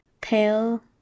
pale